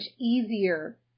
easier